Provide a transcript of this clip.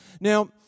Now